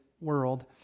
world